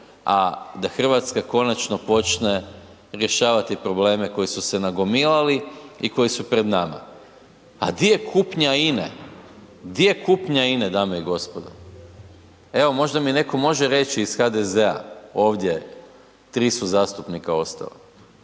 a da Hrvatska konačno počne rješavati probleme koji su se nagomilali i koji su pred nama. A di je kupnja INE, di je kupnja INE dame i gospodo? Evo možda mi netko može reći iz HDZ-a ovdje, 3 su zastupnika ostala.